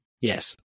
yes